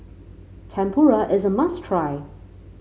tempura is a must try